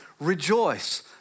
rejoice